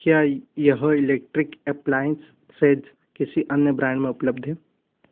क्या यह electric appliances किसी अन्य ब्रांड में उपलब्ध है